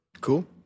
Cool